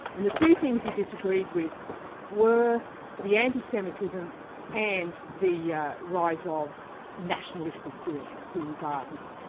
and the two things he disagreed with were the anti-semitism and the yeah rise of nationalistic feelings in wagner.